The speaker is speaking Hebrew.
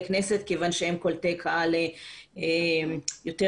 כנסת כיוון שהם קולטי קהל יותר מאסיביים.